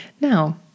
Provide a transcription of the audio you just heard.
Now